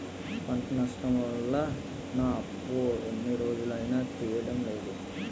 పంట నష్టం వల్ల నా అప్పు ఎన్ని రోజులైనా తీరడం లేదు